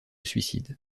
suicide